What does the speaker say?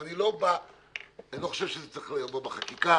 אני לא חושב שזה צריך לבוא בחקיקה